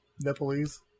Nepalese